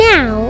Now